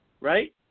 Right